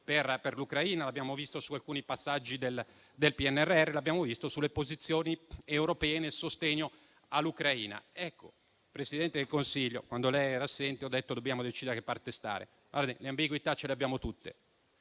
per l'Ucraina, l'abbiamo visto su alcuni passaggi del PNRR e l'abbiamo visto sulle posizioni europee nel sostegno all'Ucraina. Signora Presidente del Consiglio, quando lei era assente ho detto che dobbiamo decidere da che parte stare. Le ambiguità ce le abbiamo tutti,